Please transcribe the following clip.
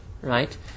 right